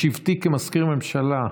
בשבתי כמזכיר הממשלה,